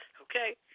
Okay